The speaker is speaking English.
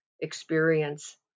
experience